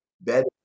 better